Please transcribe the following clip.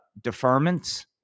deferments